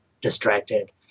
distracted